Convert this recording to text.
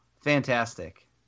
fantastic